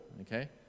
okay